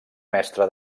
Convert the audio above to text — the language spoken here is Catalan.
mestra